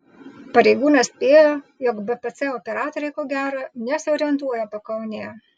pareigūnas spėjo jog bpc operatoriai ko gero nesiorientuoja pakaunėje